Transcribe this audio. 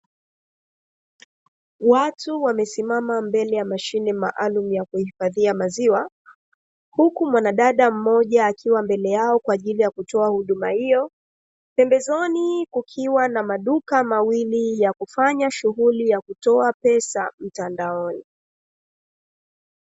Watu wamesimama mbele ya mashine maalumu ya kuhifadhia maziwa, huku mwanadada mmoja akiwa mbele yao kwa ajili ya kutoa huduma hiyo. Pembezoni kukiwa na maduka mawili ya kufanya shughuli ya kutoa pesa mtandaoni.